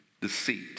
deceit